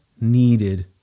needed